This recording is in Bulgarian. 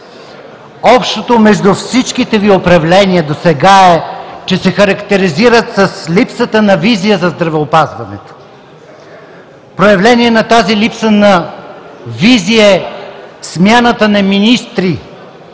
Общото между всичките Ви управления досега е, че се характеризират с липсата на визия за здравеопазването. Проявление на тази липса на визия е смяната на министри